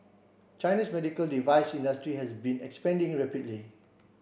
China's medical device industry has been expanding rapidly